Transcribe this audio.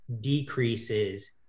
decreases